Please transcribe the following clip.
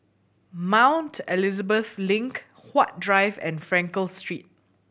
Mount Elizabeth Link Huat Drive and Frankel Street